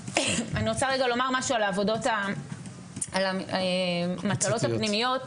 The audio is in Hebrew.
אני רוצה רגע לומר משהו על העבודות המטלות הפנימיות,